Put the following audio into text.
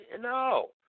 No